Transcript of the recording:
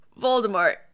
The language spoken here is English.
Voldemort